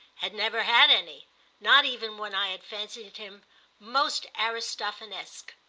had never had any not even when i had fancied him most aristophanesque.